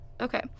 Okay